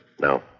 No